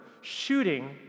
shooting